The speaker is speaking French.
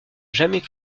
jamais